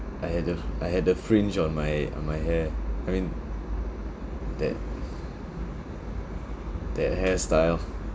I had the f~ I had the fringe on my on my hair I mean that that hairstyle